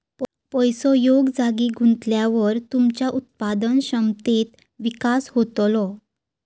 पैसो योग्य जागी गुंतवल्यावर तुमच्या उत्पादन क्षमतेत विकास होतलो